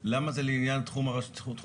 תומר, זה יהיה מוכן לחמישי.